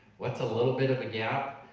what's a little bit of a gap?